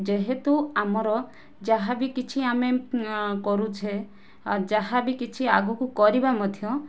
ଯେହେତୁ ଆମର ଯାହା ବି କିଛି ଆମେ କରୁଛେ ଯାହା ବି କିଛି ଆଗକୁ କରିବା ମଧ୍ୟ